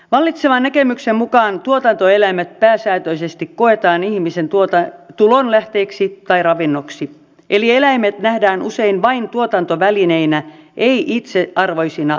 vallitsevan näkemyksen mukaan tuotantoeläimet pääsääntöisesti koetaan ihmisen tulonlähteeksi tai ravinnoksi eli eläimet nähdään usein vain tuotantovälineinä ei itsearvoisina olentoina